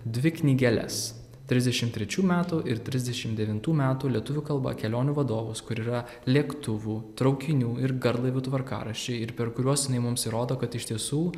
dvi knygeles trisdešim trečių metų ir trisdešim devintų metų lietuvių kalba kelionių vadovus kur yra lėktuvų traukinių ir garlaivių tvarkaraščiai ir per kuriuos mums įrodo kad iš tiesų